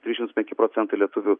trisdešims penki procentai lietuvių